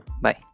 Bye